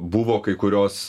buvo kai kurios